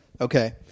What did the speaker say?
okay